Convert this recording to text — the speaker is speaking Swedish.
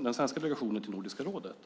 den svenska delegationen till Nordiska rådet.